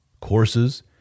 courses